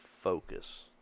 focus